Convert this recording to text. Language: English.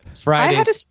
Friday